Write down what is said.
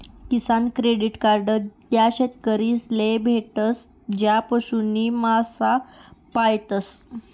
किसान credit card त्या शेतकरीस ले भेटस ज्या पशु नी मासा पायतस